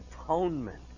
atonement